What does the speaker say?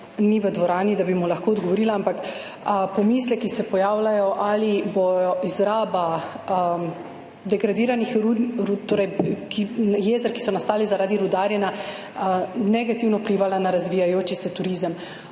ni v dvorani, da bi mu lahko odgovorila, ampak pomisleki se pojavljajo, ali bo izraba jezer, ki so nastala zaradi rudarjenja, negativno vplivala na razvijajoči se turizem.